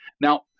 Now